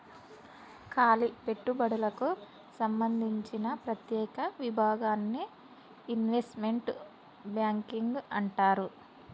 కాలి పెట్టుబడులకు సంబందించిన ప్రత్యేక విభాగాన్ని ఇన్వెస్ట్మెంట్ బ్యాంకింగ్ అంటారు